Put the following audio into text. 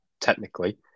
technically